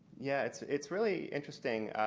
yeah it's it's really interesting.